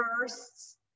first